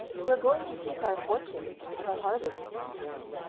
we're going to seek our fortune till harvest comes in.